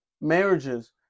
marriages